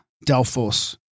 Delphos